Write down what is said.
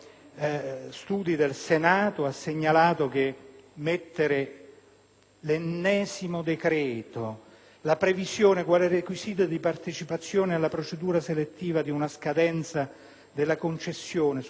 nell'ennesimo decreto «la previsione - quale requisito di partecipazione alla procedura selettiva - di una scadenza della concessione successiva al 31 gennaio 2009 sembrerebbe finalizzata